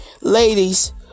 Ladies